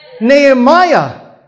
Nehemiah